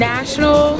National